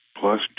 plus